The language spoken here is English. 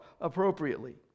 appropriately